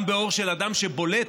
גם באור של אדם שבולט,